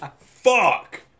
fuck